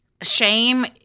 Shame